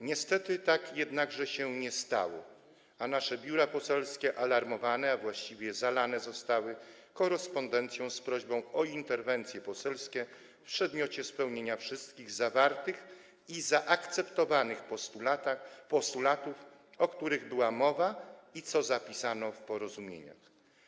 Niestety tak jednakże się nie stało, a nasze biura poselskie były alarmowane, a właściwie zostały zalane korespondencją z prośbą o interwencje poselskie w przedmiocie spełnienia wszystkich zawartych i zaakceptowanych postulatów, o których była mowa, co zapisano w porozumieniach.